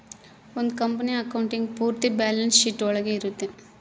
ಒಂದ್ company accounting ಪೂರ್ತಿ balance sheet ಒಳಗ ಇರುತ್ತೆ